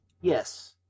Yes